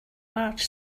marge